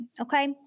okay